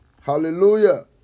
Hallelujah